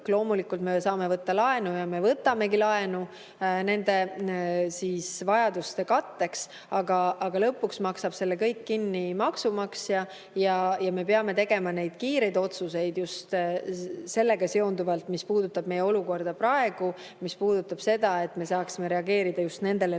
Loomulikult, me saame võtta laenu ja me võtamegi laenu nende vajaduste katteks, aga lõpuks maksab selle kõik kinni maksumaksja. Me peame tegema kiireid otsuseid just sellega seonduvalt, mis puudutab meie olukorda praegu, mis puudutab seda, et me saaksime reageerida just nendele riskidele,